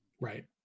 right